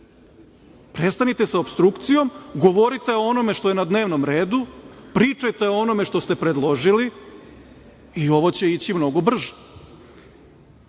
prestanite sa opstrukcijom, govorite o onome što je na dnevnom redu, pričajte o onome što ste predložili i ovo će ići mnogo brže. To